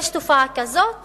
יש תופעה כזאת